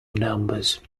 numbers